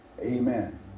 Amen